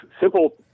simple